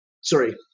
Sorry